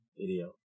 video